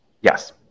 Yes